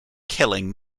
killing